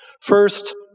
first